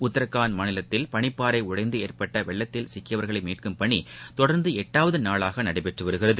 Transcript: உத்ர்காண்ட் மாநிலத்தில் பளிப்பாறை உடைந்து ஏற்பட்ட வெள்ளத்தில் சிக்கியவர்களை மீட்கும் பணி தொடர்ந்து எட்டாவது நாளாக நடைபெற்று வருகிறது